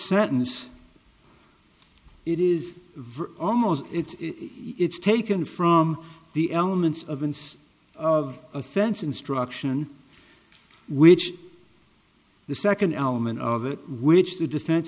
sentence it is very almost it's it's taken from the elements of unst of offense instruction which the second element of it which the defen